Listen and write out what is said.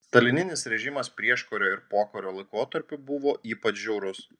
stalininis režimas prieškario ir pokario laikotarpiu buvo ypač žiaurus